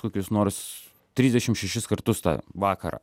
kokius nors trisdešim šešis kartus tą vakarą